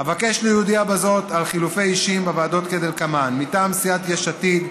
אבקש להודיע בזאת על חילופי אישים בוועדות כדלקמן: מטעם סיעת יש עתיד,